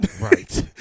Right